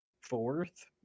fourth